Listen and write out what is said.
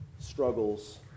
Struggles